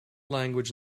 language